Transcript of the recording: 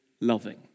loving